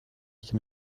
can